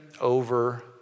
over